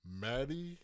Maddie